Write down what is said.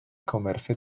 comerse